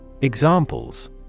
Examples